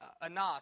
Anas